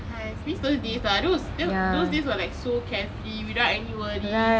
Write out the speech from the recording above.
!hais! miss those days lah those those days were like so carefree without any worries